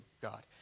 God